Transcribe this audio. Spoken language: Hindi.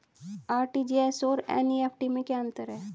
आर.टी.जी.एस और एन.ई.एफ.टी में क्या अंतर है?